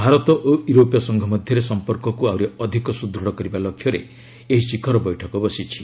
ଭାରତ ଓ ୟୁରୋପୀୟ ସଂଘ ମଧ୍ୟରେ ସମ୍ପର୍କକୁ ଆହୁରି ଅଧିକ ସୁଦୃଢ଼ କରିବା ଲକ୍ଷ୍ୟରେ ଏହି ଶିଖର ବୈଠକ ବସିଛି